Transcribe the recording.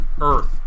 earth